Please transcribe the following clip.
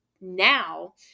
now